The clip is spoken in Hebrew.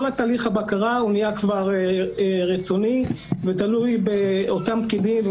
תהליך הבקרה נהיה כבר רצוני ותלוי באותם פקידים,